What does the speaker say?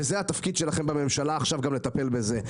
זה התפקיד שלכם בממשלה, לטפל בזה.